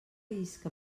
isca